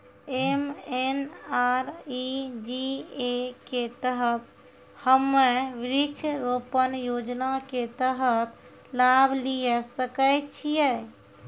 MNREGA के तहत हम्मय वृक्ष रोपण योजना के तहत लाभ लिये सकय छियै?